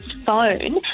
phone